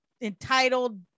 entitled